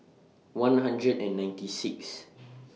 one hundred and ninety six